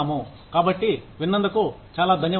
కాబట్టి విన్నందుకు చాలా ధన్యవాదాలు